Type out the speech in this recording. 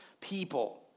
people